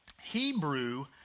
Hebrew